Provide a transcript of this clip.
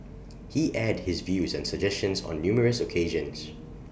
he aired his views and suggestions on numerous occasions